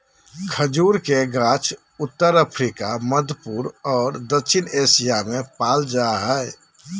खजूर के गाछ उत्तर अफ्रिका, मध्यपूर्व और दक्षिण एशिया में पाल जा हइ